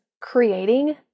creating